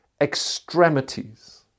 extremities